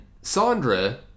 Sandra